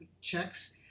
checks